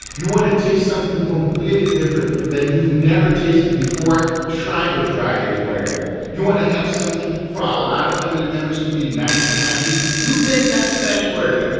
you want to taste something completely different that you've never tasted before try the dry-aged burger. you want to have something for a lot of family members to be nice and happy you make that smashburger.